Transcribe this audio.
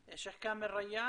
שייח' כאמל ריאן.